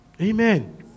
Amen